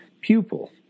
Pupil